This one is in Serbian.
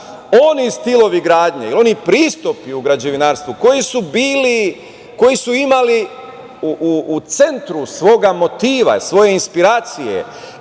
oni stilovi gradnje, oni pristupi u građevinarstvu koji su imali u centru svoga motiva, svoje inspiracije